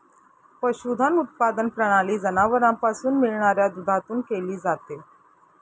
पशुधन उत्पादन प्रणाली जनावरांपासून मिळणाऱ्या दुधातून केली जाते